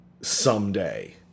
someday